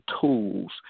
tools